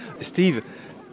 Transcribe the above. Steve